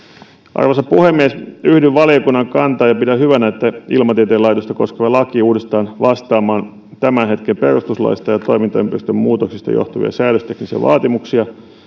arvoisa puhemies yhdyn valiokunnan kantaan ja pidän hyvänä että ilmatieteen laitosta koskeva laki uudistetaan vastaamaan tämän hetken perustuslaista ja toimintaympäristön muutoksista johtuvia säädösteknisiä vaatimuksia